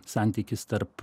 santykis tarp